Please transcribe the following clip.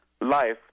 life